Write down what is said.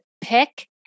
pick